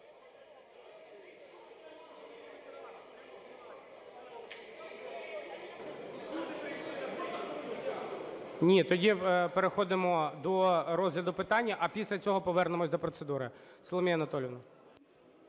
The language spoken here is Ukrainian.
Ні. Тоді переходимо до розгляду питання, а після цього повернемося до процедури. Соломія Анатоліївна.